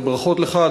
וברכות לך,